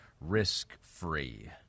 risk-free